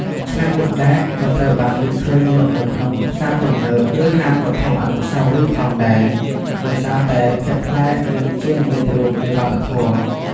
ឆ្នាំងអ៊ុតដែក ក៏ត្រូវបានគេឃើញលក់នៅក្នុងផ្សារទំនើប ឬហាងវត្ថុអនុស្សាវរីយ៍ផងដែរ ដោយសារតែភាពប្លែក និងជានិមិត្តរូបនៃវប្បធម៌។